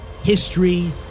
history